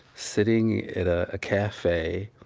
sitting at a cafe